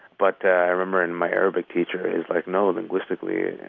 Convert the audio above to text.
but i remember and my arabic teacher is like, no, linguistically,